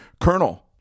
Colonel